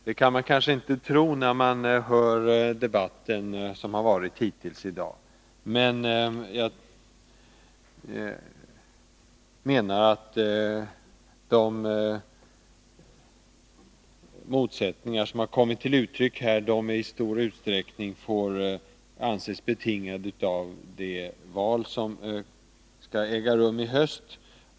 Det kan man kanske inte tro efter att ha hört debatten hittills i dag, men jag menar att de motsättningar som kommit till uttryck här i stor utsträckning får anses betingade av det val som skall äga rum i höst.